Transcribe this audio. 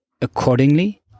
accordingly